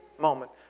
moment